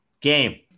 game